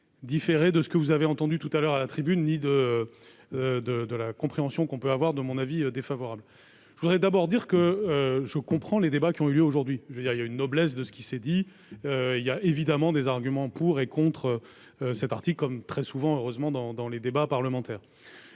de ce que vous avez entendu tout à l'heure à la tribune, ni de, de, de la compréhension qu'on peut avoir de mon avis défavorable, je voudrais d'abord dire que je comprends les débats qui ont eu lieu aujourd'hui, je veux dire il y a une noblesse de ce qui s'est dit il y a évidemment des arguments pour et contre ce parti, comme très souvent, heureusement dans dans les débats parlementaires